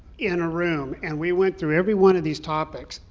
in a room, and we went through every one of these topics.